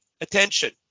attention